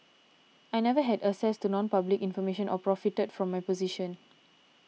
I never had access to nonpublic information or profited from my position